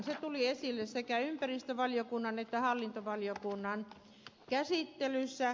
se tuli esille sekä ympäristövaliokunnan että hallintovaliokunnan käsittelyssä